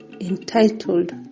entitled